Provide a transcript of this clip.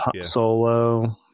Solo